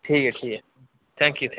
ठीक ऐ ठीक ऐ थैंक्यू